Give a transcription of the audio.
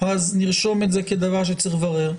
נרשום את זה כדבר שצריך לברר.